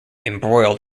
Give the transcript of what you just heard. embroiled